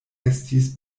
estis